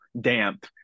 damp